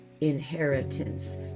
inheritance